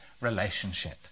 relationship